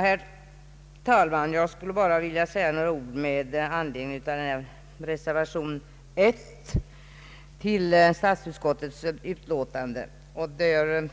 Herr talman! Jag skall be att få säga några ord med anledning av reservation 1 till statsutskottets utlåtande nr